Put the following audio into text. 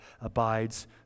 abides